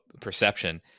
perception